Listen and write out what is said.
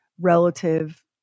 relative